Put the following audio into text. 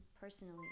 personally